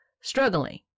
struggling